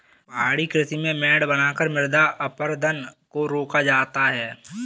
पहाड़ी कृषि में मेड़ बनाकर मृदा अपरदन को रोका जाता है